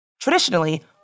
Traditionally